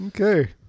okay